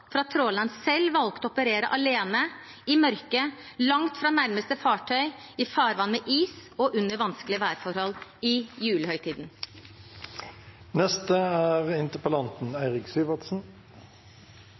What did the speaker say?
at tråleren selv valgte å operere alene, i mørket, langt fra nærmeste fartøy, i farvann med is og under vanskelige værforhold i julehøytiden. La meg si takk for svaret fra statsråden. Vi er